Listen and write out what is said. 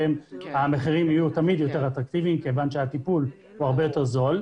המחירים תמיד יהיו יותר אטרקטיביים כיוון שהטיפול הוא הרבה יותר זול,